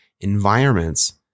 environments